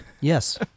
Yes